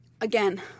again